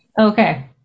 Okay